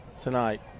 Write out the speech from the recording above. tonight